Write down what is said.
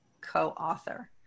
co-author